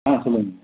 ஆ சொல்லுங்க